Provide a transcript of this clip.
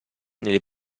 nel